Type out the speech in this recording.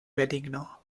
benigno